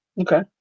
Okay